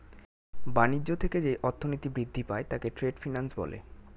বাণিজ্য থেকে যে অর্থনীতি বৃদ্ধি পায় তাকে ট্রেড ফিন্যান্স বলে